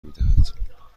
میدهد